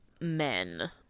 men